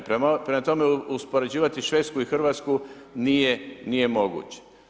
Prema tome, uspoređivati Švedsku i Hrvatsku nije moguće.